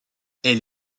elle